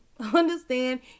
understand